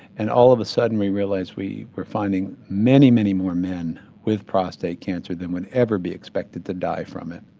and all of a sudden we realised we were finding many many more men with prostate cancer than would ever be expected to die from it.